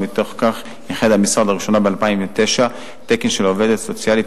ומתוך כך ייחד המשרד לראשונה ב-2009 תקן של עובדת סוציאלית,